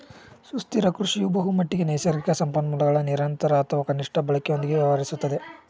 ಸುಸ್ಥಿರ ಕೃಷಿಯು ಬಹುಮಟ್ಟಿಗೆ ನೈಸರ್ಗಿಕ ಸಂಪನ್ಮೂಲಗಳ ನಿರಂತರ ಅಥವಾ ಕನಿಷ್ಠ ಬಳಕೆಯೊಂದಿಗೆ ವ್ಯವಹರಿಸುತ್ತದೆ